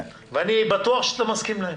אני בטוח שאתה מסכים להן.